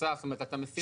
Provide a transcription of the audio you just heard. בנוסף להסתייגויות.